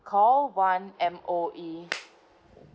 call one M_O_E